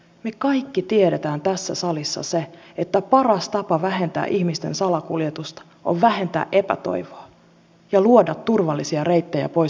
me kaikki tiedämme tässä salissa sen että paras tapa vähentää ihmisten salakuljetusta on vähentää epätoivoa ja luoda turvallisia reittejä pois sodan jaloista